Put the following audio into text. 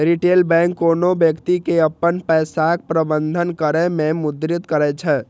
retail bank कोनो व्यक्ति के अपन पैसाक प्रबंधन करै मे मदति करै छै